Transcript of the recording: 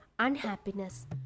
unhappiness